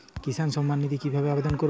কিষান সম্মাননিধি কিভাবে আবেদন করব?